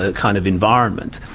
ah kind of environment.